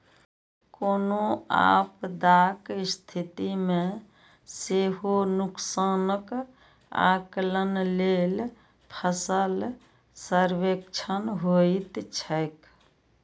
कोनो आपदाक स्थिति मे सेहो नुकसानक आकलन लेल फसल सर्वेक्षण होइत छैक